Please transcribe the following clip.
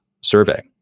survey